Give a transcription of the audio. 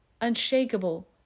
unshakable